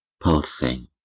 pulsing